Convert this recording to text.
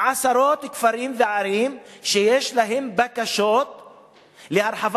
עשרות כפרים וערים שיש להם בקשות להרחבה